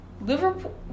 Liverpool